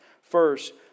First